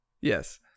Yes